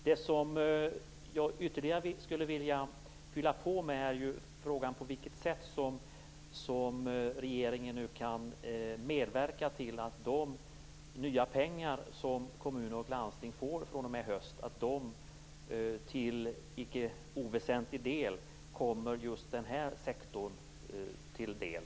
Det som jag ytterligare skulle vilja fylla på med är frågan på vilket sätt som regeringen kan medverka till att de nya pengar som kommuner och landsting får fr.o.m. i höst till en icke oväsentlig del kommer just den här sektorn till del.